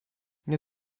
nie